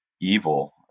evil